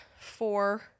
four